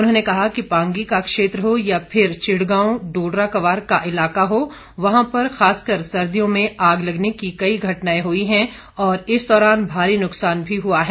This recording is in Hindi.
उन्होंने कहा कि पांगी का क्षेत्र हो या फिर चिड़गांव डोडरा क्वार का इलाका हो वहां पर खासकर सर्दियों में आग लगने की कई घटनाएं हुई हैं और इस दौरान भारी नुकसान भी हुआ है